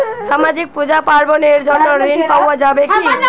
সামাজিক পূজা পার্বণ এর জন্য ঋণ পাওয়া যাবে কি?